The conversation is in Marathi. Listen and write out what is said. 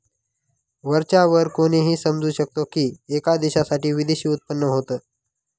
वरच्या वर कोणीही समजू शकतो की, एका देशासाठी विदेशी उत्पन्न होत